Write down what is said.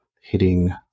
hitting